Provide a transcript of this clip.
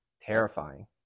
terrifying